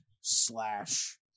slash